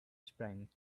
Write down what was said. sprang